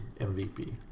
mvp